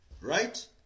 Right